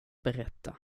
berätta